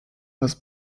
was